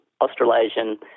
Australasian